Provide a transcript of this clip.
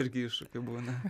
irgi iššūkių būna